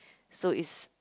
so is